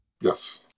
Yes